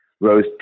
rose